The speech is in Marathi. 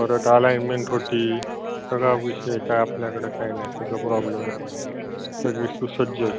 परत अलाइनमेंट होती सगळा विषय काय आपल्याकडें काय नाही सगळं प्रॉब्लेम नाही सगळी सुसज्ज आहे